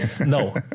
No